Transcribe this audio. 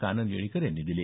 कानन येळीकर यांनी दिली